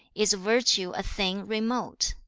is virtue a thing remote?